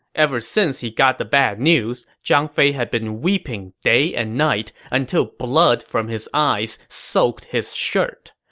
ever since he got the bad news, zhang fei had been weeping day and night until blood from his eyes soaked his shirt.